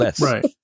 Right